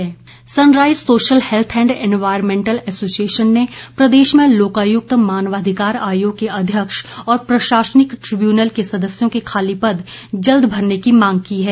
Snehi sunrise social health and environmental association ने प्रदेश में लोकायुक्त मानवाधिकार आयोग के अध्यक्ष और प्रशासनिक ट्रिब्यूनल के सदस्यों के खाली पद जल्द भरने की मांग की है